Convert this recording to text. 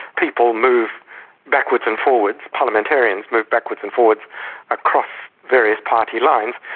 people move backwards and forwards parliamentarians move backwards and forwards across various party lines,